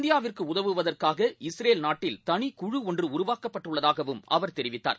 இந்தியாவிற்கு உதவுவதற்காக இஸ்ரேல் நாட்டில் தனி குழு ஒன்று உருவாக்கப்பட்டுள்ளதாகவும் அவர் தெரிவித்தார்